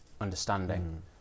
understanding